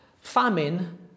Famine